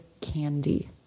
candy